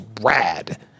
rad